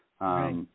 Right